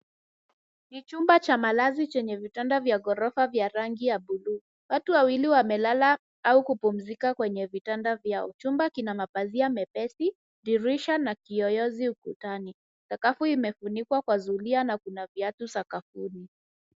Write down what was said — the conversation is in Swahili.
Ni chumba cha malazi chenye vitanda vya ghorofa vya rangi ya buluu. Watu wawili wamelala au kupumzika kwenye vitanda vyao. Chumba kina mapazia mepesi, dirisha na kioyozi ukutani. Sakafu imefunikwa kwa zulia na kuna viatu sakafuni.